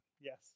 Yes